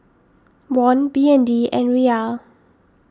Won B N D and Riyal